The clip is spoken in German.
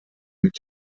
mit